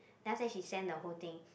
then after that she send the whole thing